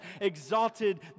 exalted